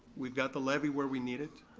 we've got the levy where we need it.